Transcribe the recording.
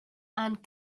and